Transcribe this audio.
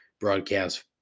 broadcast